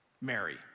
Mary